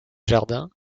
jardins